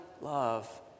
love